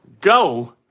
Go